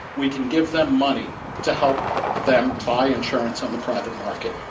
we can give them money to help them buy insurance on the private market.